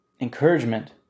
encouragement